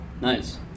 Nice